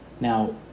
Now